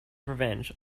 revenge